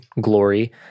glory